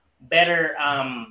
better